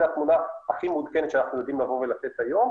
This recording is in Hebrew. זו התמונה הכי מעודכנת שאנחנו יודעים לתת היום,